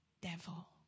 devil